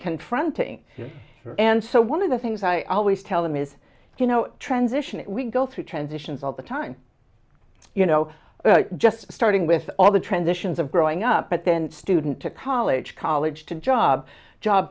confronting and so one of the things i always tell them is you know transition we go through transitions all the time you know just starting with all the transitions of growing up but then student to college college to job job